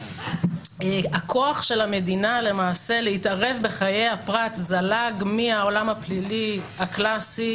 הכוח של המדינה להתערב בחיי הפרט זלג מהעולם הפלילי הקלאסי